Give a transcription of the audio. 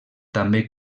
també